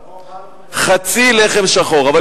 גם העשירים קונים חצי לחם שחור, אבל